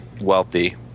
wealthy